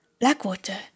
Blackwater